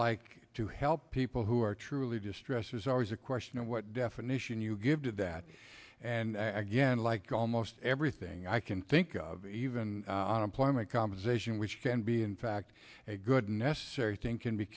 like to help people who are truly distress is always a question of what definition you give to that and again like almost everything i can think of even unemployment compensation which can be in fact a good and necessary thing can be